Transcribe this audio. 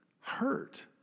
hurt